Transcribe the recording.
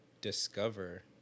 discover